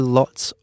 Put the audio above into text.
lots